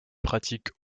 pratiques